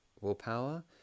willpower